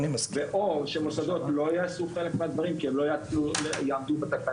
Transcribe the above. או שמוסדות לא יעשו חלק מהדברים כי הם לא יעמדו בתקנות,